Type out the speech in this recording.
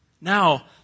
Now